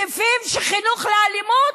מטיפים לחינוך לאלימות?